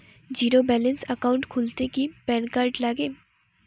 Zero balance account খুলতে কি PAN card লাগে?